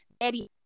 Eddie